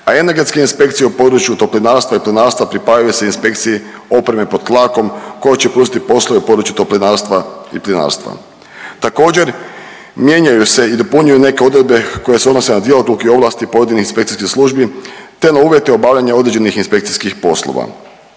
a energetske inspekcije u području toplinarstva i plinarstva pripajaju se inspekciji opreme pod tlakom koja će preuzeti poslove u području toplinarstva i plinarstva. Također mijenjaju se i dopunjuju neke odredbe koje se odnose na djelokrug i ovlasti pojedinih inspekcijskih službi, te na uvjete obavljanja određenih inspekcijskih poslova.